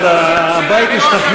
אדוני יושב-ראש הוועדה, הבית השתכנע.